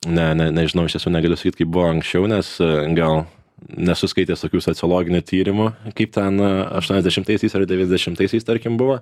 ne ne nežinau iš tiesų negaliu sakyt kaip buvo anksčiau nes gal nesu skaitęs tokių sociologinių tyrimų kaip ten a aštuoniasdešimtaisiais devyniasdešimtaisiais tarkim buvo